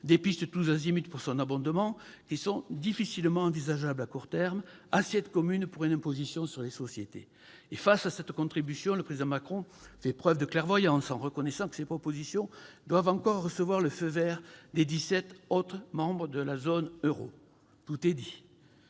proposées tous azimuts pour son abondement, mais elles sont difficilement envisageables à court terme ; ainsi de l'assiette commune pour une imposition sur les sociétés. Face à cette contribution, le Président Macron fait preuve de clairvoyance en reconnaissant que ces propositions doivent encore recevoir le feu vert des dix-sept autres membres de la zone euro. Tout est dit.